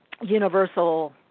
universal